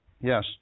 yes